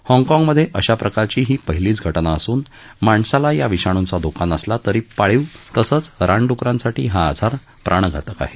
हाँगकाँगमधे अशाप्रकारची पहिलीच घटना असून माणसाला या विषाणूंचा धोका नसला तरी पाळीव आणि रानडुकरांसाठी हा आजार प्राणघातक आहे